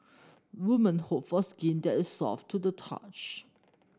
women hope for skin that is soft to the touch